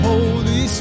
Holy